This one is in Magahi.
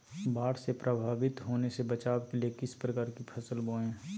बाढ़ से प्रभावित होने से बचाव के लिए किस प्रकार की फसल बोए?